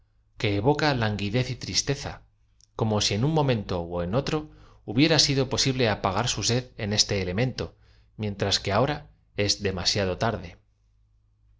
que evoca languidez y tristeza como si en un momento ó en otro hubiera sido p osi ble apagar su sed en este elemento mientras que aho ra es demasiado tarde